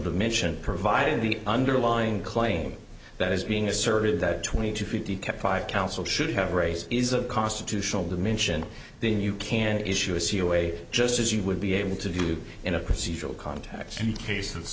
dimension provided the underlying claim that is being asserted that twenty to fifty kept by counsel should have race is a constitutional dimension then you can issue a see a way just as you would be able to do in a procedural context cases